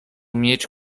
mieć